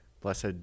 Blessed